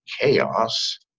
chaos